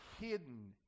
hidden